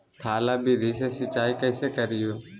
थाला विधि से सिंचाई कैसे करीये?